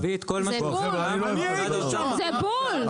זה בול.